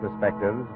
perspectives